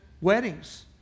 weddings